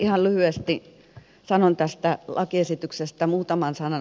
ihan lyhyesti sanon tästä lakiesityksestä muutaman sanan